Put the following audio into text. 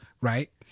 Right